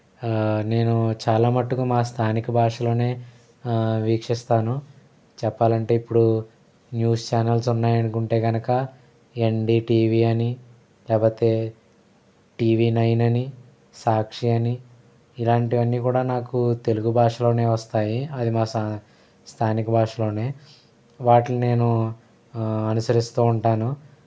నేను చాలా మట్టుకు మా స్థానిక భాషలోనే వీక్షిస్తాను చెప్పాలంటే ఇప్పుడు న్యూస్ ఛానల్స్ ఉన్నాయి అనుకుంటే కనుక ఎన్డిటీవీ అని లేకపోతే టీవీ నైన్ అని సాక్షి అని ఇలాంటివన్నీ కూడా నాకు తెలుగు భాషలోనే వస్తాయి అది మా సా స్థానిక భాషలోనే వాటిని నేను అనుసరిస్తూ ఉంటాను